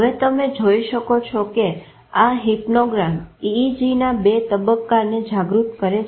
હવે તમે જોઈ શકો છો કે આ હિપ્નોગ્રામ EEG ના 2 તબ્બકાને જાગૃત કરે છે